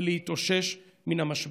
ולהתאושש מן המשבר.